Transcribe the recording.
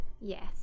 Yes